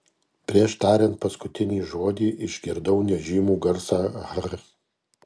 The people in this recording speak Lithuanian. prieš tariant paskutinį žodį išgirdau nežymų garsą h